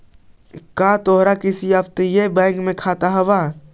का तोहार किसी अपतटीय बैंक में खाता हाव